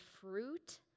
fruit